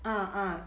ah ah